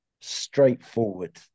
straightforward